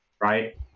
Right